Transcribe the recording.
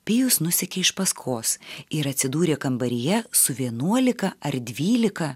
pijus nusekė iš paskos ir atsidūrė kambaryje su vienuolika ar dvylika